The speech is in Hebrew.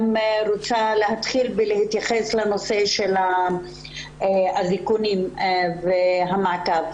להתחיל להתייחס לנושא של האזיקונים והמעקב.